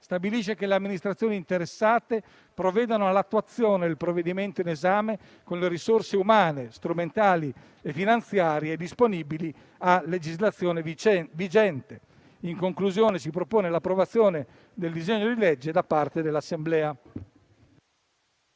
stabilisce che le amministrazioni interessate provvedano all'attuazione del provvedimento in esame con le risorse umane, strumentali e finanziarie disponibili a legislazione vigente. In conclusione, si propone l'approvazione del disegno di legge da parte dell'Assemblea.